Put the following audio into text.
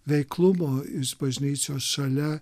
veiklumo iš bažnyčios šalia